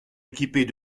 équipés